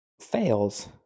fails